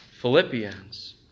Philippians